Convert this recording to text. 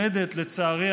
לצערי,